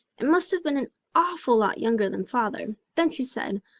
and must have been an awful lot younger than father. then she said,